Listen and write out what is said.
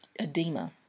edema